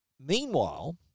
meanwhile